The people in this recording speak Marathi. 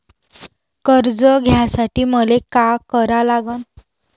कर्ज घ्यासाठी मले का करा लागन?